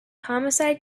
homicide